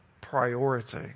priority